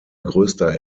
größter